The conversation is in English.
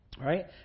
right